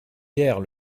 guère